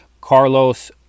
Carlos